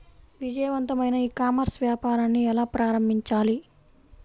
విజయవంతమైన e commerce వ్యాపారాన్ని ఎలా ప్రారంభించాలి?